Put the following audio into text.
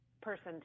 person